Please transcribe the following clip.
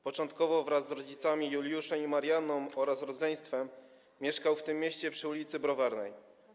Początkowo wraz z rodzicami Juliuszem i Marianną oraz rodzeństwem mieszkał w tym mieście przy ul. Browarnej.